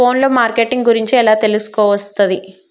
Phone లో marketing గురించి ఎలా తెలుసుకోవస్తది?